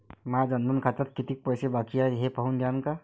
माया जनधन खात्यात कितीक पैसे बाकी हाय हे पाहून द्यान का?